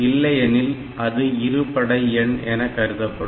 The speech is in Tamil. இல்லையெனில் அது இரு படை என கருதப்படும்